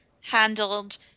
handled